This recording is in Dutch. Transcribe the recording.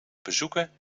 bezoeken